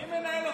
מי מנהל אתכם?